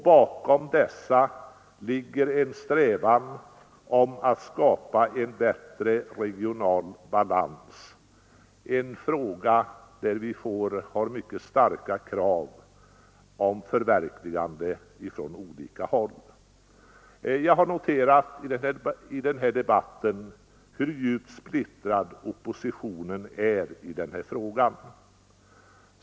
Bakom dessa ligger en strävan att skapa en bättre regional balans, en fråga där vi har mycket starka krav på förverkligande från olika håll. Jag har noterat i denna debatt hur djupt splittrad oppositionen är i denna fråga.